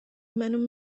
منو